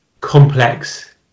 complex